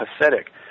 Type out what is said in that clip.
pathetic